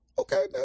Okay